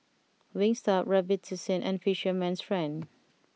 Wingstop Robitussin and Fisherman's friend